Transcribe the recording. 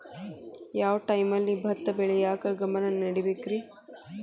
ಯಾವ್ ಟೈಮಲ್ಲಿ ಭತ್ತ ಬೆಳಿಯಾಕ ಗಮನ ನೇಡಬೇಕ್ರೇ?